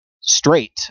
straight